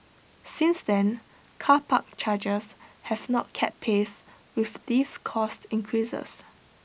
since then car park charges have not kept pace with these cost increases